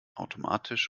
automatisch